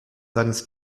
seines